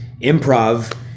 improv